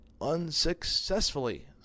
unsuccessfully